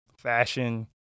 fashion